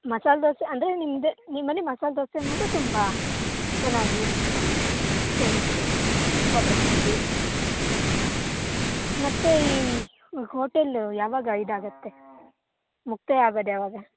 ಮಸಾಲೆ ದೋಸೆ ಅಂದರೆ ನಿಮ್ಮದು ನಿಮ್ಮಲ್ಲಿ ಮಸಾಲೆ ದೋಸೆ ಅನ್ನೋದು ತುಂಬ ಚೆನ್ನಾಗಿ ಬರೋವಂಥದ್ದು ಫೇಮಸ್ ತುಂಬ ಪ್ರಸಿದ್ದಿ ಹಾಂ ಹಾಂ ಹಾಂ ಮತ್ತು ಈ ಹೋ ಹೋಟೆಲ್ ಯಾವಾಗ ಇದಾಗತ್ತೆ ಮುಕ್ತಾಯ ಆಗೋದು ಯಾವಾಗ